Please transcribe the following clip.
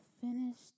finished